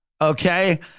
Okay